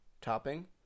topping